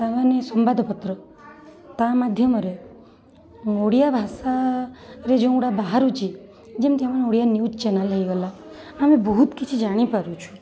ତାମାନେ ସମ୍ବାଦପତ୍ର ତା ମାଧ୍ୟମରେ ଓଡ଼ିଆଭାଷରେ ଯେଉଁଗୁଡ଼ା ବାହାରୁଛି ଯେମତି ଆମର ଓଡ଼ିଆ ନିଉଜ୍ ଚ୍ଯାନେଲ ହେଇଗଲା ଆମେ ବହୁତ କିଛି ଜାଣିପାରୁଛୁ